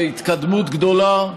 התקדמות גדולה.